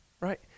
Right